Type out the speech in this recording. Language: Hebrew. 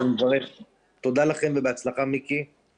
אני מברך על כך.